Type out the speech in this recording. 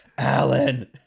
Alan